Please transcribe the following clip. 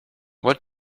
what